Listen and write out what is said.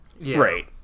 right